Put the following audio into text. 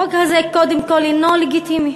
החוק הזה קודם כול אינו לגיטימי